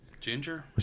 ginger